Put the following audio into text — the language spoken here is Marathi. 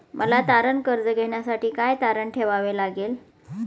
मला तारण कर्ज घेण्यासाठी काय तारण ठेवावे लागेल?